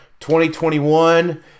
2021